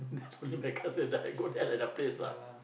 only my cousin and I go there like that place ah